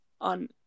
on